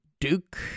Duke